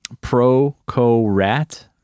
Pro-Co-Rat